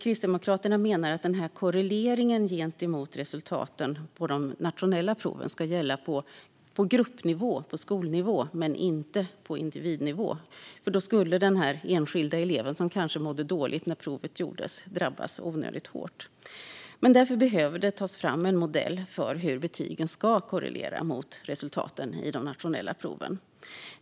Kristdemokraterna menar att korrelationen gentemot resultaten på de nationella proven ska gälla på grupp och skolnivå och inte på individnivå, för då skulle den enskilda eleven som kanske mådde dåligt när provet gjordes drabbas onödigt hårt. Därför behöver det tas fram en modell för hur betygen ska korrelera mot resultaten i de nationella proven.